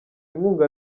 inkunga